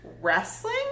wrestling